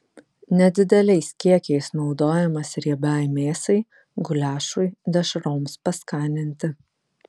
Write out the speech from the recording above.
nedideliais kiekiais naudojamas riebiai mėsai guliašui dešroms paskaninti